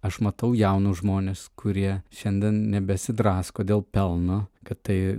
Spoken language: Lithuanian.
aš matau jaunus žmones kurie šiandien nebesidrasko dėl pelno kad tai